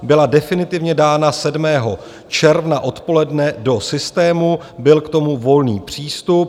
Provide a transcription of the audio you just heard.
Byla definitivně dána 7. června odpoledne do systému, byl k tomu volný přístup.